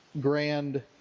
grand